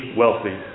wealthy